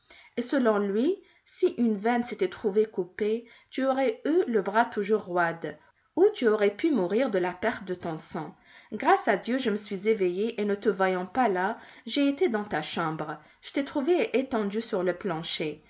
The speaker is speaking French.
et selon lui si une veine s'était trouvée coupée tu aurais eu le bras toujours roide ou tu aurais pu mourir de la perte de ton sang grâce à dieu je me suis éveillée et ne te voyant pas là j'ai été dans ta chambre je t'ai trouvée étendue sur le plancher